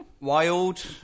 Wild